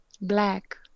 Black